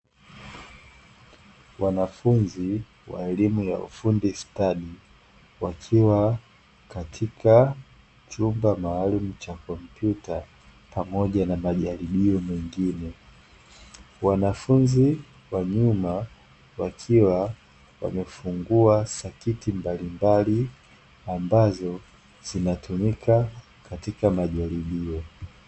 Wanafunzi wa elimu ya ufundi stadi wakiwa katika chumba maalumu cha kompyuta, pamoja na maajaribio meingine. Wanafunzi wa nyuma wakiwa wamefungua sakiti mbalimbali ambazo zinatumika katika majaribio.